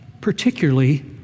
particularly